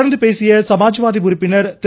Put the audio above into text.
தொடர்ந்து பேசிய சமாஜ்வாடி உறுப்பினர் திரு